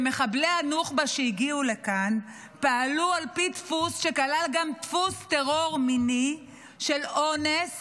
שמחבלי הנוח'בה שהגיעו לכאן פעלו על פי דפוס שכלל גם טרור מיני של אונס